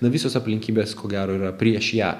na visos aplinkybės ko gero yra prieš ją